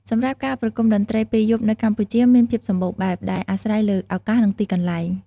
សម្រាប់ការប្រគំតន្ត្រីពេលយប់នៅកម្ពុជាមានភាពសម្បូរបែប ដែលអាស្រ័យលើឱកាស និងទីកន្លែង។